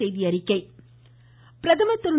பிரதமர் பிரதமர் திரு